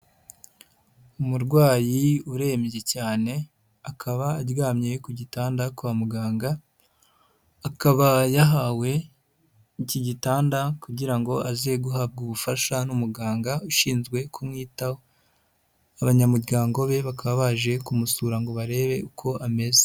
Umurwayi urembye cyane akaba aryamye ku gitanda kwa muganga akaba yahawe iki gitanda kugira ngo aze guhabwa ubufasha n'umuganga ushinzwe kumwitaho, abanyamuryango be bakaba baje kumusura ngo barebe uko ameze.